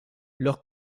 leur